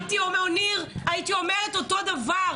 אם היה עומד פה ניר, הייתי אומרת אותו דבר.